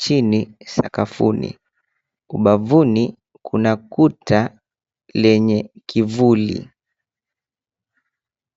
chini sakafuni. Ubavuni kuna kuta lenye kivuli.